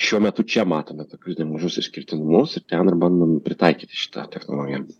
šiuo metu čia matome tokius nemažus išskirtinumus ir ten ir bandom pritaikyti šitą technologiją